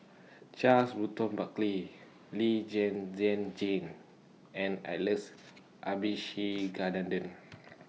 Charles Burton Buckley Lee Zhen Zhen Jane and Alex Abisheganaden